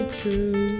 true